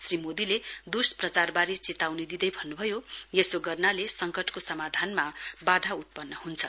श्री मोदीले दुष्प्रचारबारे चेताउनी दिँदै भन्नुभयो यसो गर्नले संकटको समाधानमा वाधा उत्पन्न हुन्छ